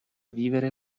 vivere